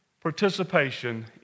participation